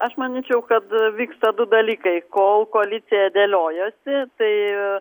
aš manyčiau kad vyksta du dalykai kol koalicija dėliojosi tai